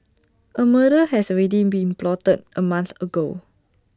A murder has already been plotted A month ago